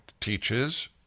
teaches